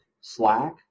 slack